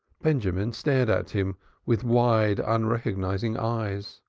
benjamin stared at him with wide, unrecognizing eyes.